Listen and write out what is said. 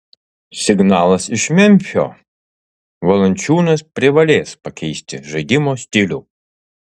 signalas iš memfio valančiūnas privalės pakeisti žaidimo stilių